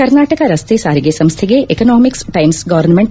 ಕರ್ನಾಟಕ ರಸ್ತೆ ಸಾರಿಗೆ ಸಂಸ್ಥೆಗೆ ಎಕನಾಮಿಕ್ ಟೈಮ್ಸ್ ಗವರ್ನ್ಮೆಂಟ್